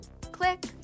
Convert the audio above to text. Click